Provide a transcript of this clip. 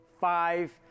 five